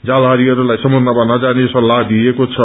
जालहारीहरूलाई समुद्रमा नजाने सल्ला दिइएको छ